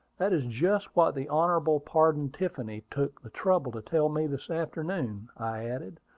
that is just what the hon. pardon tiffany took the trouble to tell me this afternoon, i added,